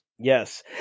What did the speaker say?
Yes